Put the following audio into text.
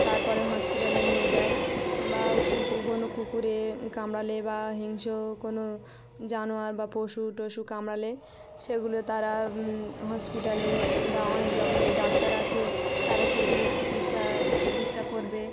তারপরে হসপিটালে নিয়ে যায় বা কুকু কোনো কুকুরে কামড়ালে বা হিংস্র কোনো জানোয়ার বা পশু টশু কামড়ালে সেগুলো তারা হসপিটালে ডা অনেক রকমের ডাক্তার আছে তারা সেগুলোর চিকিৎসা চিকিৎসা করবে